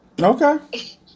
Okay